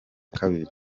kabiri